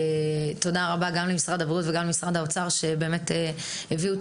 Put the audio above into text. תודה רבה גם למשרד הבריאות וגם למשרד האוצר ששלחו את